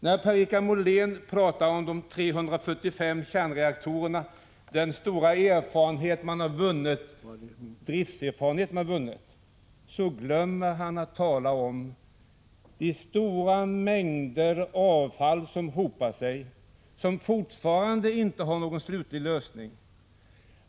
När Per-Richard Molén talar om de 345 kärnkraftsreaktorerna och den stora drifterfarenhet man har vunnit, så glömmer han att tala om de stora mängder avfall som hopar sig och för vilka man ännu inte har någon slutlig lösning.